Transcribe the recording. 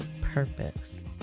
purpose